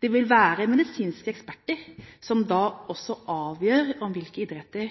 Det vil være medisinske eksperter som avgjør hvilke idretter